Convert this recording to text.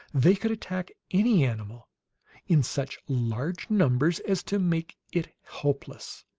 they could attack any animal in such large numbers as to make it helpless.